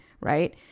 right